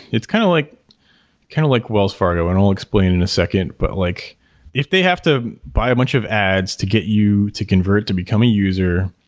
it's kind of like kind of like wells fargo and i'll explain in a second. but like if they have to buy a bunch of ads to get you to convert to become a user,